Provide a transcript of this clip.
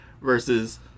versus